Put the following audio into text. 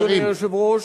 אדוני היושב-ראש,